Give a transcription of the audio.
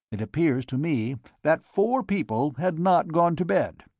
it appears to me that four people had not gone to bed.